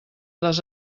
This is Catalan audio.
les